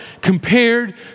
compared